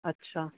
ਅੱਛਾ